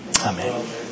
Amen